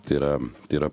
tai yra tai yra